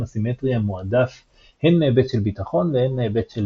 הסימטרי המועדף הן מהיבט של ביטחון והן מהיבט של